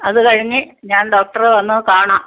അത് കഴിഞ്ഞ് ഞാൻ ഡോക്ടറെ വന്ന് കാണാം